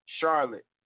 Charlotte